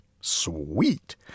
Sweet